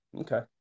Okay